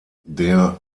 der